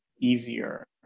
Easier